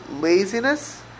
laziness